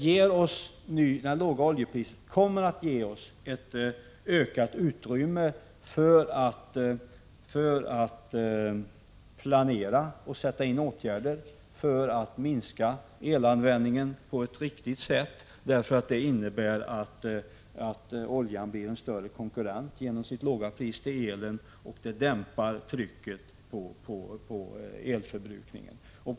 Det låga oljepriset kommer att ge oss ett ökat utrymme för att planera och för att sätta in åtgärder i syfte att minska elanvändningen på ett riktigt sätt, därför att oljan genom sitt låga pris blir en större konkurrent till elen. Trycket på elförbrukningen dämpas.